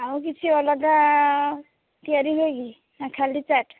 ଆଉ କିଛି ଅଲଗା ତିଆରି ହୁଏ କି ନା ଖାଲି ଚାଟ୍